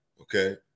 okay